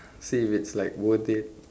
see if it's like worth it